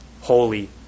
holy